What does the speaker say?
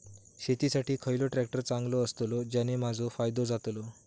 शेती साठी खयचो ट्रॅक्टर चांगलो अस्तलो ज्याने माजो फायदो जातलो?